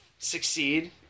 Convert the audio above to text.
succeed